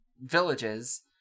villages